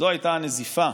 זו הייתה הנזיפה,